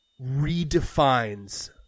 redefines